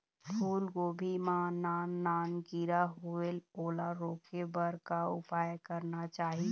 फूलगोभी मां नान नान किरा होयेल ओला रोके बर का उपाय करना चाही?